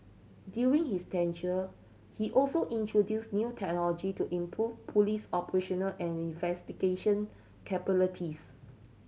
during his tenure he also introduced new technology to improve police operational and investigation capabilities